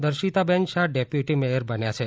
દર્શિતાબેન Shah deputy mayor બન્યાં છે